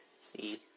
see